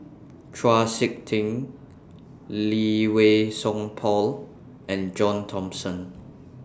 Chau Sik Ting Lee Wei Song Paul and John Thomson